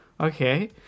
okay